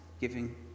giving